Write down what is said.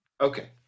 Okay